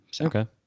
Okay